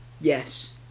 Yes